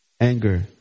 anger